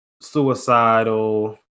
suicidal